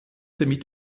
mit